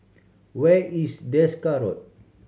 where is Desker Road